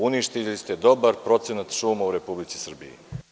Uništili ste dobar procenat šuma u Republici Srbiji.